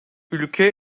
ülke